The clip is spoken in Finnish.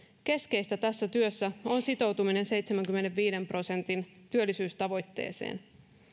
keskeistä tässä työssä on sitoutuminen seitsemänkymmenenviiden prosentin työllisyystavoitteeseen